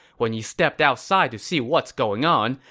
when he stepped outside to see what's going on,